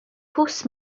pws